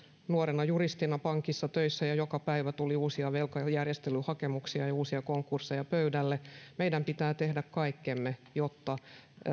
nuorena juristina pankissa töissä ja ja joka päivä tuli uusia velkajärjestelyhakemuksia ja uusia konkursseja pöydälle meidän pitää tehdä kaikkemme jotta